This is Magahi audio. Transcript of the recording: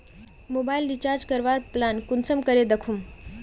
मोबाईल रिचार्ज करवार प्लान कुंसम करे दखुम?